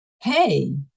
hey